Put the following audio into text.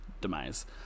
demise